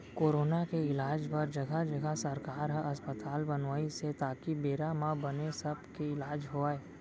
corona के इलाज बर जघा जघा सरकार ह अस्पताल बनवाइस हे ताकि बेरा म बने सब के इलाज होवय